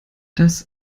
das